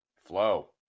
Flow